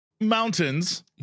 mountains